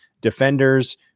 defenders